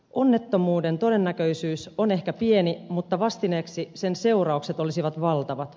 onnettomuuden todennäköisyys on ehkä pieni mutta vastineeksi sen seuraukset olisivat valtavat